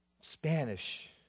Spanish